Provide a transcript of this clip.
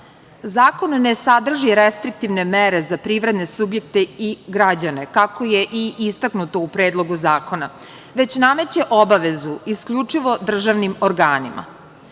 ne sadrži restriktivne mere za privredne subjekte i građane, kako je i istaknuto u Predlogu zakona, već nameće obavezu isključivo državnim organima.